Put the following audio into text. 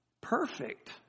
perfect